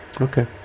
okay